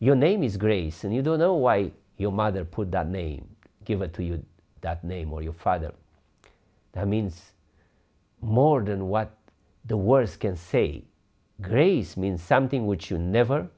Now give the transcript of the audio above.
your name is grace and you don't know why your mother put the name given to you that name or your father that means more than what the words can say grace means something which you never